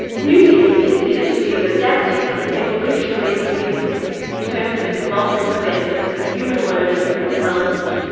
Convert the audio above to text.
music is considered to be of adaptive and evolutionary significance in terms of its multiple benefits for human learning and development.